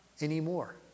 anymore